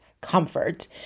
comfort